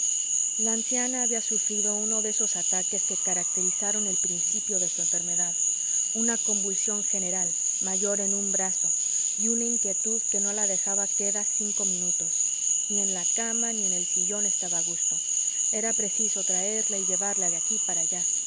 la anciana había sufrido uno de esos ataques que caracterizaron el principio de su enfermedad una convulsión general mayor en un brazo y una inquietud que no la dejaba queda cinco minutos ni en la cama ni en el sillón estaba a gusto era preciso traerla y llevarla de aquí para allá